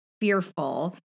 fearful